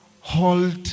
halt